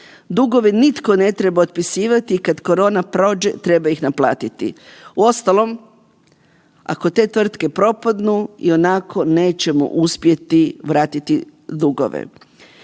dugove nitko ne treba otpisivati i kad korona prođe treba ih naplatiti. Uostalom ako te tvrtke propadnu i onako nećemo uspjeti vratiti dugove.